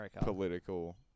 political